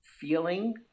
feeling